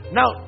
now